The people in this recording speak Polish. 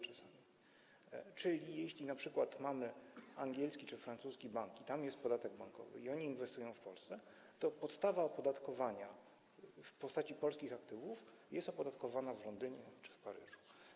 Czyli jeśli np. mamy angielski czy francuski bank i tam jest podatek bankowy, i oni inwestują w Polsce, to podstawa opodatkowania w postaci polskich aktywów jest opodatkowana w Londynie czy w Paryżu.